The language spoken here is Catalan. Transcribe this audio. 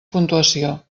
puntuació